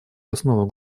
основу